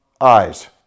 eyes